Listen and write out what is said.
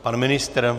Pan ministr?